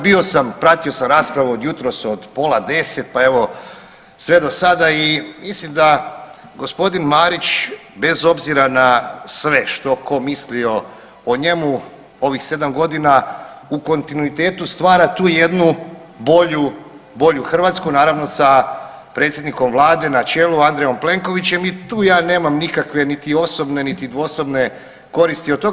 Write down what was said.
Bio sam, pratio sam raspravu od jutros od pola deset pa evo sve do sada i mislim da gospodin Marić bez obzira na sve što tko mislio o njemu, ovih 7 godina u kontinuitetu stvara tu jednu bolju Hrvatsku naravno sa predsjednikom Vlade na čelu Andrejom Plenkovićem i tu ja nemam nikakve niti osobne, niti dvosobne koristi od toga.